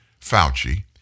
Fauci